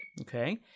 okay